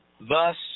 Thus